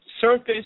Surface